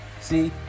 See